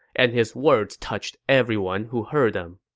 and his words touched everyone who heard them